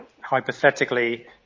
hypothetically